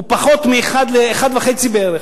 פחות מ-1 ל-1.5 בערך.